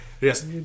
Yes